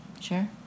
sure